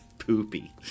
Poopy